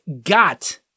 got